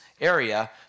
area